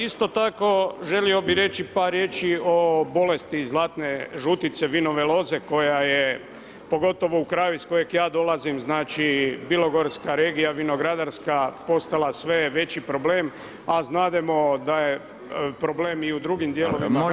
Isto tako, želio bi reći par riječi o bolesti zlatne žutice, vinove loze koja je, pogotovo u kraju iz kojeg ja dolazim znači, Bilogorska regija, vinogradarska, postala sve veći problem, a znademo da je problem i u drugim dijelovima Hrvatske.